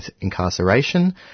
Incarceration